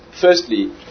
firstly